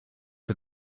for